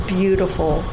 beautiful